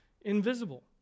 invisible